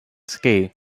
ski